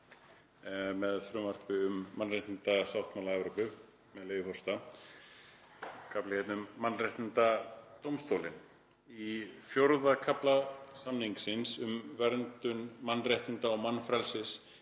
með frumvarpi um mannréttindasáttmála Evrópu, með leyfi forseta, kafla um Mannréttindadómstólinn: „Í IV. kafla samningsins um verndun mannréttinda og mannfrelsis